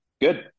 good